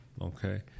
okay